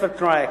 Safetrac,